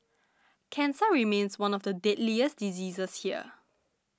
cancer remains one of the deadliest diseases here